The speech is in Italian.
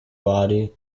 vari